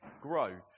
grow